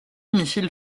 missiles